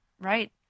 Right